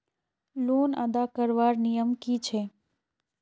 Loan अदा करवार नियम की छे?